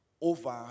over